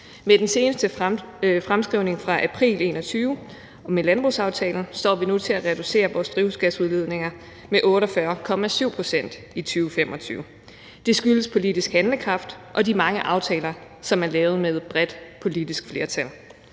Med den seneste fremskrivning fra april 2021 og med landbrugsaftalen står vi nu til at reducere vores drivhusgasudledninger med 48,7 pct. i 2025. Det skyldes politisk handlekraft og de mange aftaler, som er lavet med et bredt politisk flertal.